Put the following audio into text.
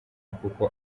kuko